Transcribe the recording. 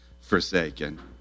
forsaken